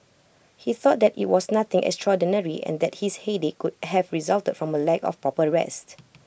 he thought that IT was nothing extraordinary and that his headache could have resulted from A lack of proper rest